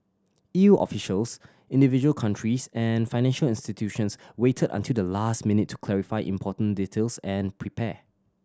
E U officials individual countries and financial institutions waited until the last minute to clarify important details and prepare